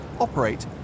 operate